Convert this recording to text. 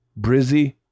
brizzy